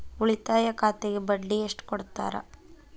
ಉಳಿತಾಯ ಖಾತೆಗೆ ಬಡ್ಡಿ ಎಷ್ಟು ಕೊಡ್ತಾರ?